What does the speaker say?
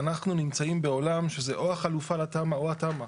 ואנחנו נמצאים בעולם שזה או החלופה לתמ"א או התמ"א.